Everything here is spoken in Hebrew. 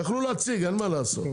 יכלו להציג, אין מה לעשות.